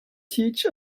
teach